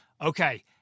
Okay